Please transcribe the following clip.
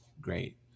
great